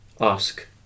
ask